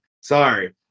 Sorry